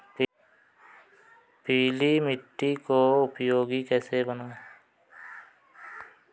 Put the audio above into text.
पीली मिट्टी को उपयोगी कैसे बनाएँ?